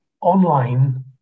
online